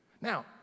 Now